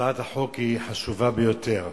הצעת החוק היא חשובה ביותר.